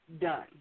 done